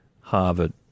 Harvard